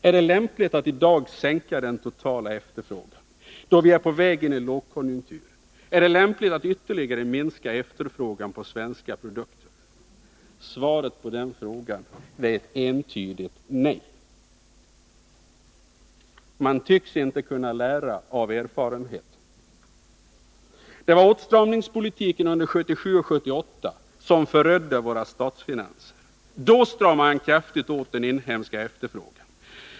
Är det lämpligt att i dag sänka den totala efterfrågan, är det lämpligt att, då vi är på väg in i lågkonjunkturen, ytterligare minska efterfrågan på svenska produkter? Svaret på den frågan är ett entydigt nej. Man tycks inte kunna lära av erfarenheten. Det var åtstramningspolitiken under 1977 och 1978 som förödde våra statsfinanser. Då stramade man kraftigt åt den inhemska efterfrågan.